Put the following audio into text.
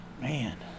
Man